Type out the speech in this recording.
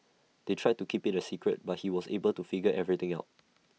they tried to keep IT A secret but he was able to figure everything out